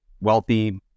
wealthy